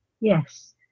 Yes